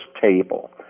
table